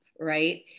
right